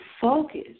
focus